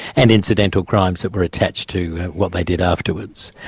and incidental crimes that were attached to what they did afterwards.